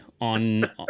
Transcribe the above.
on